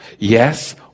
Yes